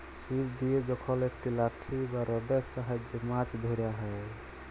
ছিপ দিয়ে যখল একট লাঠি বা রডের সাহায্যে মাছ ধ্যরা হ্যয়